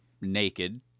naked